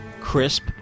crisp